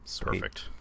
Perfect